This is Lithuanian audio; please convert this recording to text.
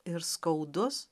ir skaudus